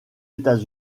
états